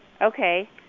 Okay